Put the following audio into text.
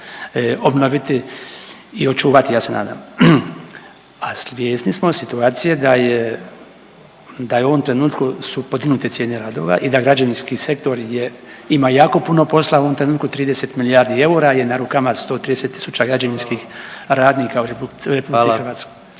obnoviti i očuvati ja se nadam. A svjesni smo situacije da je, da je u ovom trenutku su podignute cijene radova i da građevinski sektor je, ima jako puno posla u ovom trenutku, 30 milijardi eura je na rukama 130 tisuća građevinskih radnika u RH.